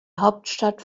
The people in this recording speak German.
hauptstadt